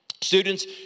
Students